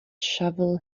shovel